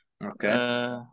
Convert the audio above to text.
Okay